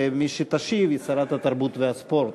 מי שתשיב היא שרת התרבות והספורט.